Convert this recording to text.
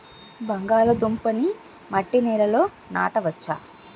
బంగాళదుంప నీ మట్టి నేలల్లో నాట వచ్చా?